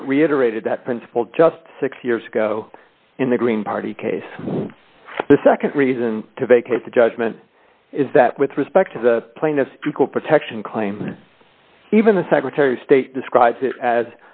court reiterated that principle just six years ago in the green party case the nd reason to vacate the judgment is that with respect to the plaintiffs equal protection claim even the secretary of state describes it as